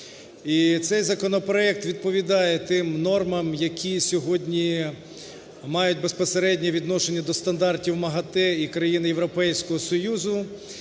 цей законопроект відповідає тим нормам, які сьогодні мають безпосереднє відношення до стандартів МАГАТЕ і країн Європейського Союзу.